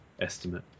estimate